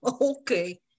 Okay